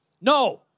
No